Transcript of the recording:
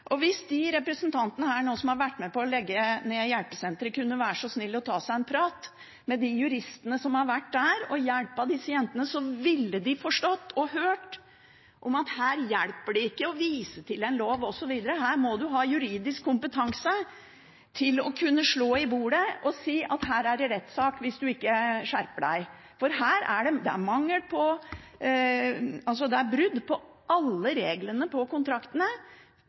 har vært med på å legge ned hjelpesentret, kunne være så snill å ta seg en prat med juristene som har hjulpet disse jentene, ville de forstått og hørt at her hjelper det ikke å vise til en lov osv., her må man ha juridisk kompetanse for å kunne slå i bordet og si at det blir rettssak hvis man ikke skjerper seg. Her er det brudd på alle reglene i kontraktene, helt til de verste overgrep. Da vil jeg ta opp det endrede forslaget fra flertallet som gjelder hjelpesentret. Det er en endret ordlyd på I. Det forslaget er da fremmet på